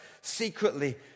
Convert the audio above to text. secretly